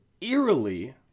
eerily